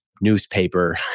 newspaper